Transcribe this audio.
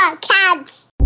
cats